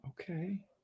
Okay